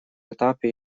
этапе